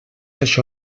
això